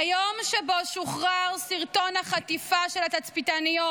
ביום שבו שוחרר סרטון החטיפה של התצפיתניות